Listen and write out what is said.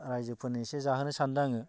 रायजोफोरनो एसे जाहोनो सानदों आङो